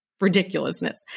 ridiculousness